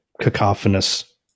cacophonous